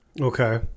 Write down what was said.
okay